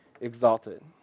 exalted